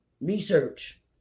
Research